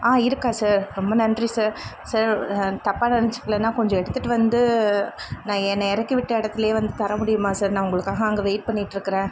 ஆ இருக்கா சார் ரொம்ப நன்றி சார் சார் தப்பாக நினச்சுக்கலன்னா கொஞ்சம் எடுத்துட்டு வந்து நான் என்னை இறக்கிவிட்ட இடத்துலையே வந்து தரமுடியுமா சார் நான் உங்களுக்காக அங்கே வெயிட் பண்ணிகிட்டு இருக்கிறேன்